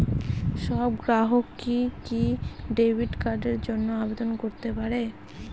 সব গ্রাহকই কি ডেবিট কার্ডের জন্য আবেদন করতে পারে?